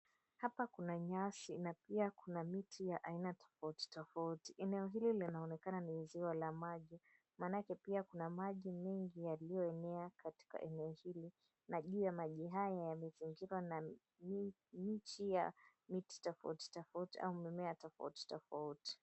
Hapa kuna nyasi na pia kuna miti ya aina tofauti tofauti. Eneo hili linaonekana ni ziwa la maji maanake pia kuna maji mengi yaliyoenea katika eneo hili na juu ya maji haya yamezingirwa miti ya aina tofauti tofauti au mimea tofauti tofauti.